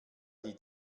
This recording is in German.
die